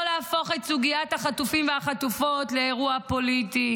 להפוך את סוגיית החטופים והחטופות לאירוע פוליטי,